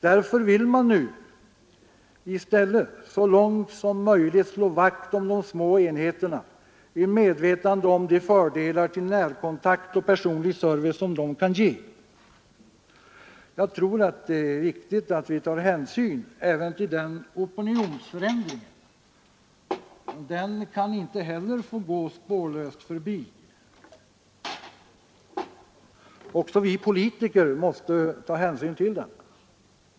Därför vill man nu i stället så långt som möjligt slå vakt om de små enheterna i medvetandet om de fördelar i form av närkontakt och personlig service som de kan ge. Jag tror att det är viktigt att vi tar hänsyn även till den opinionsförändringen. Den kan inte få gå spårlöst förbi. Också vi politiker måste ta hänsyn till den.